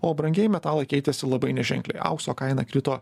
o brangieji metalai keitėsi labai neženkliai aukso kaina krito